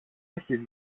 έχεις